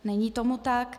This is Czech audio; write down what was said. Není tomu tak.